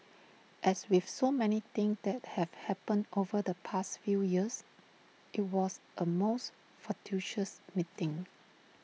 as with so many things that have happened over the past few years IT was A most fortuitous meeting